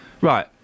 Right